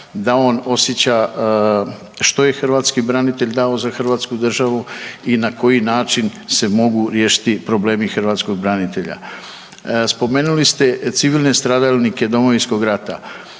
da on osjeća što je hrvatski branitelj dao za hrvatsku državu i na koji način se mogu riješiti problemi hrvatskog branitelja. Spomenuli ste civilne stradalnike Domovinskog rata.